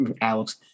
Alex